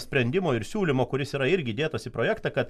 sprendimo ir siūlymo kuris yra irgi įdėtas į projektą kad